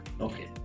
okay